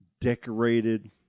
decorated